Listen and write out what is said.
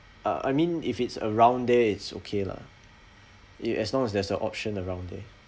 uh I mean if it's around there it's okay lah it as long as there's a option around there